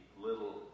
little